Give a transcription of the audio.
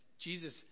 Jesus